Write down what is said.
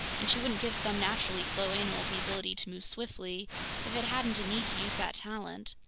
and she wouldn't give some naturally slow animal the ability to move swiftly if it hadn't a need to use that talent.